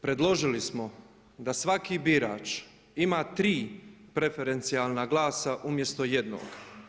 Predložili smo da svaki birač ima 3 preferencijalna glasa umjesto jednog.